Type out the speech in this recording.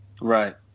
Right